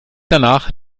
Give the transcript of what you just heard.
danach